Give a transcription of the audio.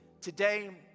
today